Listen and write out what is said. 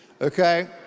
okay